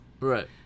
Right